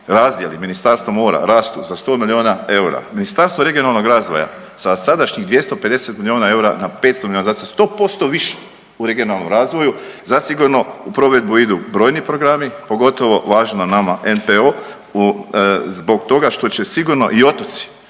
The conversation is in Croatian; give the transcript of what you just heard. razdjeli Ministarstva mora rastu za 100 milijuna eura, Ministarstvo regionalnog razvoja sa sadašnjih 250 milijuna eura, na 500 milijuna, znači 100% više u regionalnom razvoju, zasigurno u provedbu idu brojni programi, pogotovo važni nama, NPOO u, zbog toga što će sigurno i otoci,